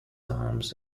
arms